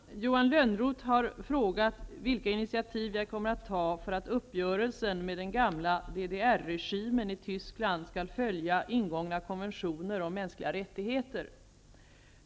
Fru talman! Johan Lönnroth har frågat vilka initiativ jag kommer att ta för att uppgörelsen med den gamla DDR-regimen i Tyskland skall följa ingångna konventioner om mänskliga rättigheter.